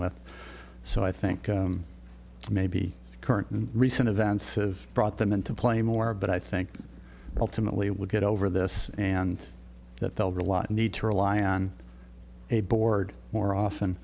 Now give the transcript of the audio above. with so i think maybe current and recent events of brought them into play more but i think ultimately it will get over this and that they'll realize the need to rely on a board more often